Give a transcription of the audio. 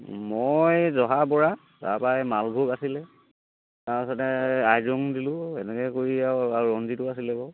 মই জহা বৰা তাৰপৰা এই মালভোগ আছিলে তাৰপিছতে আইজোং দিলোঁ এনেকৈ কৰি আৰু আৰু ৰঞ্জিতো আছিলে বাৰু